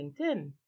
LinkedIn